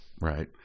Right